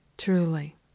Truly